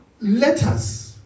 letters